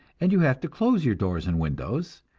and you have to close your doors and windows,